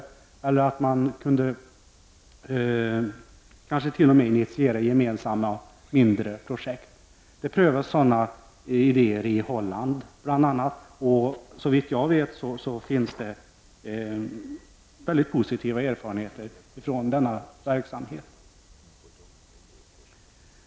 T.o.m. mindre, gemensamma projekt skulle kunna initieras. Sådana idéer prövas bl.a. i Holland. Såvitt jag vet har man mycket positiva erfarenheter av denna verksamhet.